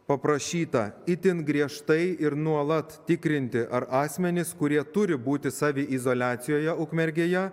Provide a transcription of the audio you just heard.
paprašyta itin griežtai ir nuolat tikrinti ar asmenys kurie turi būti saviizoliacijoje ukmergėje